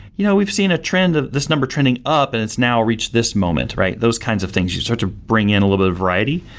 you know, we've seen a trend of this number trending up and it's now reached this moment, right? those kinds of things you start to bring in a little bit of variety.